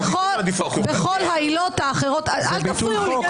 אל תפריעו לי.